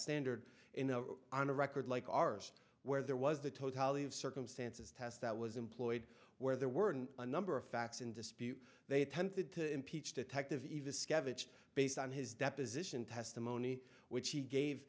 standard in a on a record like ours where there was the totality of circumstances test that was employed where there were a number of facts in dispute they attempted to impeach detective even scavenged based on his deposition testimony which he gave